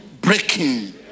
breaking